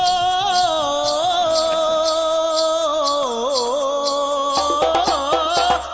oh